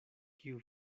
kiu